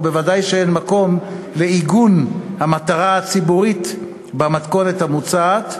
וודאי שאין מקום לעיגון המטרה הציבורית במתכונת המוצעת,